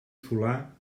solar